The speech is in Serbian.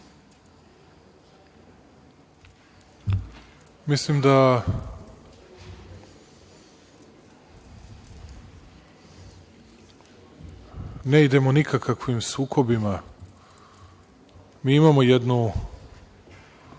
Mislim da ne idemo ni ka kakvim sukobima. Mi imamo jednu